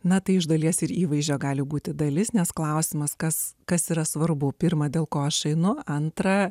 na tai iš dalies ir įvaizdžio gali būti dalis nes klausimas kas kas yra svarbu pirmą dėl ko aš einu antra